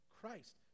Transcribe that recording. Christ